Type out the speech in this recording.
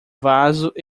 vaso